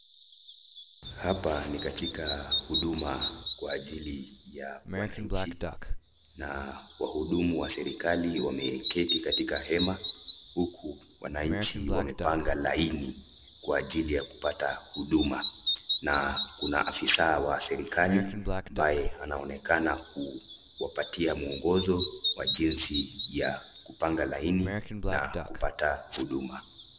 Hapa ni katika huduma ya kwa hajila ya wananchi na wahudumu wa serkali wameketi chini katika ema huku wanainchi wamepanga laini Kwa hajili ya kupata hudumu na Kuna maofisa ambaye wanonekana kupatia kiongizi Kwa jinzi ya kupanga lainni na kupata hudumu.